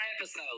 episode